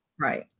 Right